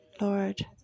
Lord